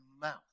mouth